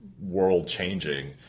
world-changing